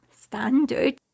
standard